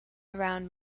around